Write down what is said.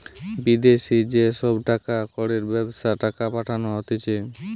বিদেশি যে সব টাকা কড়ির ব্যবস্থা টাকা পাঠানো হতিছে